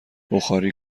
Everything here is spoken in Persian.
بخاری